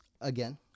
again